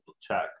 check